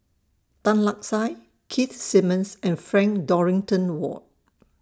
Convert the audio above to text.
Tan Lark Sye Keith Simmons and Frank Dorrington Ward